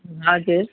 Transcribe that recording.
हजुर